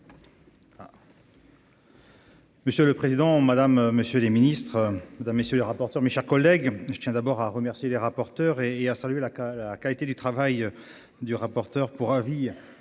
Monsieur le Président Madame, messieurs les Ministres, mesdames, messieurs les rapporteurs, mes chers collègues, je tiens d'abord à remercier les rapporteurs et et a salué la qu'à la qualité du travail du rapporteur pour avis